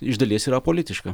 iš dalies yra politiška